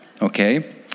Okay